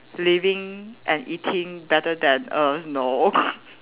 living and eating better than us no